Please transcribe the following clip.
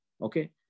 Okay